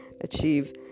achieve